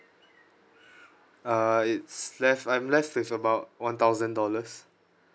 uh it's left I'm left with about one thousand dollars